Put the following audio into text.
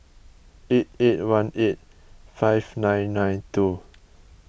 eight eight one eight five nine nine two